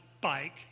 bike